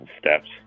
steps